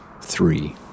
three